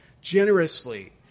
generously